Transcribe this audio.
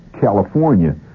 California